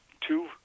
two